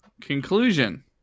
conclusion